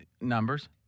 numbers